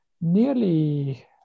nearly